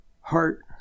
heart